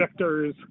vectors